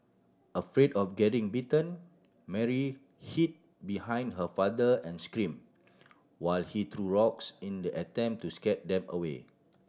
afraid of getting bitten Mary hid behind her father and scream while he threw rocks in the attempt to scare them away